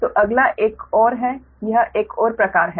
तो अगला एक और है यह एक और प्रकार है